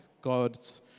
God's